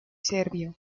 serbio